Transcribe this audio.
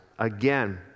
Again